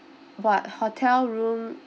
but hotel room